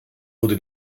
wurde